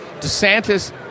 DeSantis